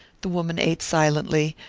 the woman ate silently,